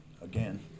again